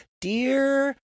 dear